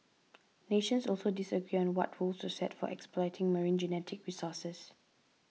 nations also disagree on what rules to set for exploiting marine genetic resources